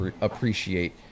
appreciate